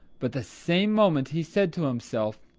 but the same moment he said to himself,